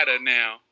now